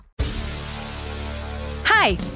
Hi